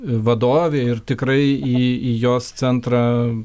vadovė ir tikrai į į jos centrą